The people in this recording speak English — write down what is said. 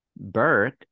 Burke